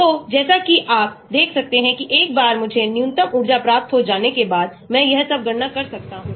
तो जैसा कि आप देख सकते हैं कि एक बार मुझे न्यूनतम ऊर्जा प्राप्त हो जाने के बाद मैं यह सब गणना कर सकता हूं